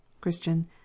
Christian